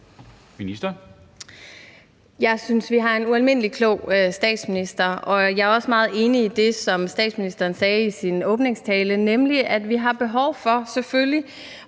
Wermelin): Jeg synes, vi har en ualmindelig klog statsminister, og jeg er meget enig i det, som statsministeren sagde i sin åbningstale, nemlig at vi har behov for, selvfølgelig,